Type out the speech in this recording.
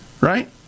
right